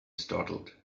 startled